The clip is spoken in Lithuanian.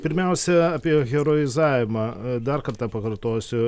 pirmiausia apie heroizavimą dar kartą pakartosiu